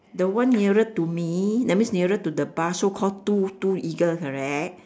the one nearer to me that means nearer to the bar so called two two eagles correct